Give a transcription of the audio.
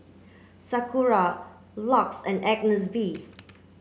Sakura LUX and Agnes B